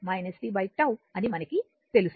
అని మనకు తెలుసు